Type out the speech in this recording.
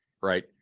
right